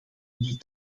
die